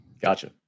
Gotcha